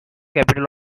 capital